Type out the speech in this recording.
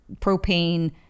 propane